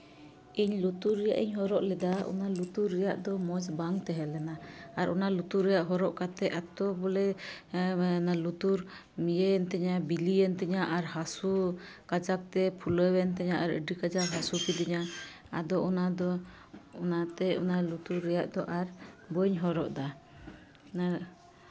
ᱤᱧ ᱞᱩᱛᱩᱨ ᱨᱮᱭᱟᱜ ᱤᱧ ᱦᱚᱨᱚᱜ ᱞᱮᱫᱟ ᱚᱱᱟ ᱞᱩᱛᱩᱨ ᱨᱮᱭᱟᱜ ᱫᱚ ᱢᱚᱡᱽ ᱵᱟᱝ ᱛᱟᱦᱮᱸ ᱞᱮᱱᱟ ᱟᱨ ᱚᱱᱟ ᱞᱩᱛᱩᱨ ᱨᱮᱭᱟᱜ ᱦᱚᱨᱚᱜ ᱠᱟᱛᱮᱫ ᱮᱛᱚ ᱵᱚᱞᱮ ᱞᱩᱛᱩᱨ ᱤᱭᱟᱹᱭᱮᱱ ᱛᱤᱧᱟᱹ ᱵᱤᱞᱤᱭᱮᱱ ᱛᱤᱧᱟᱹ ᱟᱨ ᱦᱟᱹᱥᱩ ᱠᱟᱡᱟᱠᱛᱮ ᱯᱷᱩᱞᱟᱹᱣᱮᱱ ᱛᱤᱧᱟᱹ ᱟᱨ ᱟᱹᱰᱤ ᱠᱟᱡᱟᱠ ᱦᱟᱹᱥᱩ ᱠᱤᱫᱤᱧᱟ ᱟᱫᱚ ᱚᱱᱟᱫᱚ ᱚᱱᱟᱛᱮ ᱚᱱᱟ ᱞᱩᱛᱩᱨ ᱨᱮᱭᱟᱜ ᱫᱚ ᱟᱨ ᱵᱟᱹᱧ ᱦᱚᱨᱚᱜ ᱫᱟ ᱢᱟᱱᱮ